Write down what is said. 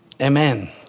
Amen